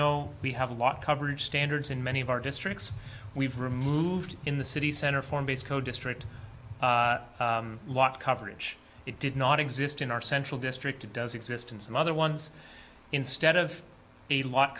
know we have a lot coverage standards in many of our districts we've removed in the city center for base code district lot coverage it did not exist in our central district it does exist in some other ones instead of a lot